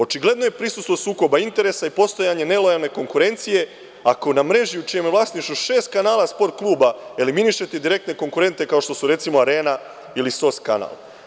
Očigledno je prisustvo sukoba interesa i postojanje nelojalne konkurencije ako na mreži u čijem je vlasništvu šest kanala Sport kluba eliminišete direktne konkurente, kao što su, recimo, Arena ili Sos kanal.